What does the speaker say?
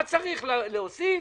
מה צריך להוסיף,